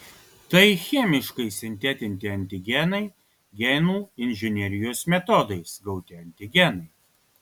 tai chemiškai sintetinti antigenai genų inžinerijos metodais gauti antigenai